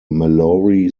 mallory